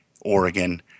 oregon